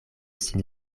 sin